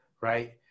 right